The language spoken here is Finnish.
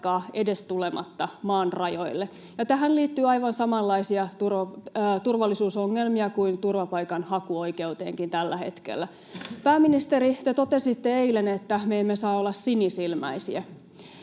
edes tulematta maan rajoille, ja tähän liittyy aivan samanlaisia turvallisuusongelmia kuin turvapaikan hakuoikeuteenkin tällä hetkellä. Pääministeri, te totesitte eilen, että me emme saa olla sinisilmäisiä.